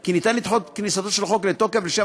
כי ניתן לדחות את כניסתו של החוק לתוקף לשם